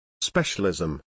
Specialism